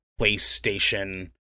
PlayStation